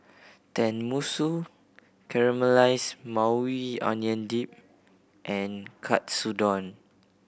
Tenmusu Caramelized Maui Onion Dip and Katsudon